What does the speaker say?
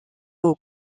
aux